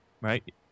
Right